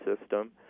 system